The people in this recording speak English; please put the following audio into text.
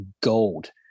gold